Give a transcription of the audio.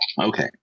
okay